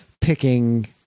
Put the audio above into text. picking